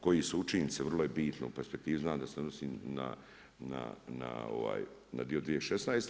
Koji su učinci, vrlo je bitno u perspektivi, znam da se odnosi na dio 2016.